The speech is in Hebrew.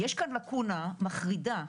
יש כאן לקונה מחרידה,